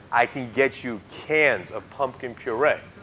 i can get you cans of pumpkin puree.